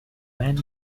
when